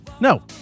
No